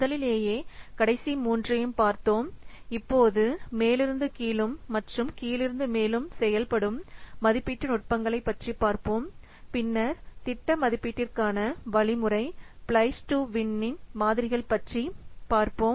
முதலிலேயே கடைசி மூன்றும் பார்த்தோம் இப்போது மேலிருந்து கீழும் மற்றும் கீழிருந்து மேலும் செயல்படும் மதிப்பீட்டு நுட்பங்களைப் பற்றி பார்ப்போம் பின்னர் திட்ட மதிப்பீட்டிற்கான வழிமுறை பிரைஸ் டூ வின்மாதிரிகள் பற்றி பார்ப்போம்